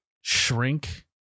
shrink